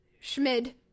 Schmid